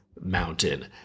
Mountain